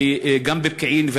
גם בפקיעין,